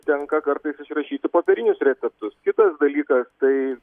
tenka kartais išrašyti kartais popierinius receptus kitas dalykas tai